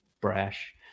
Brash